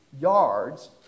yards